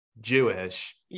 Jewish